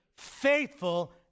faithful